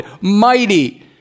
mighty